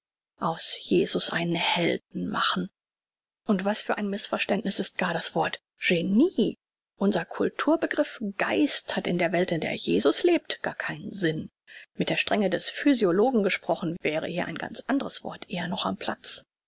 aus jesus einen helden machen und was für ein mißverständniß ist gar das wort genie unser ganzer begriff unser cultur begriff geist hat in der welt in der jesus lebt gar keinen sinn mit der strenge des physiologen gesprochen wäre hier ein ganz andres wort eher noch am platz